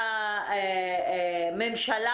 מהממשלה.